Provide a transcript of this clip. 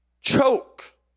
choke